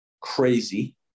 crazy